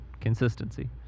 consistency